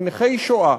כנכי שואה,